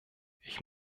ich